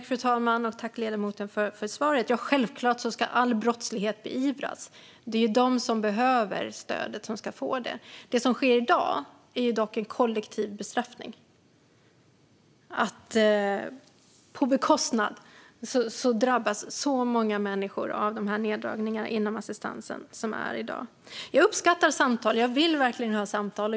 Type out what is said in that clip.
Fru talman! Självklart ska all brottslighet beivras. Det är ju de som behöver stödet som ska få det. Det som sker i dag är dock en kollektiv bestraffning i form av de neddragningar som drabbar så många människor inom assistansen. Jag uppskattar samtal. Jag vill verkligen ha samtal.